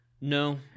No